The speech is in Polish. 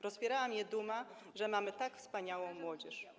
Rozpierała mnie duma, że mamy tak wspaniałą młodzież.